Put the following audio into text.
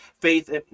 Faith